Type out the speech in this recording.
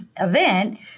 event